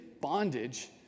bondage